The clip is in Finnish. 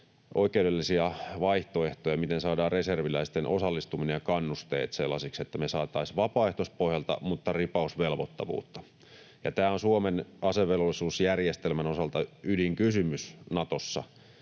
oikeudellisia vaihtoehtoja, miten saadaan reserviläisten osallistuminen ja kannusteet sellaisiksi, että me saataisiin vapaaehtoispohjalta mutta ripaus velvoittavuutta. Tämä on Suomen asevelvollisuusjärjestelmän osalta ydinkysymys Natossa,